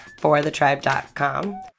forthetribe.com